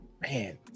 Man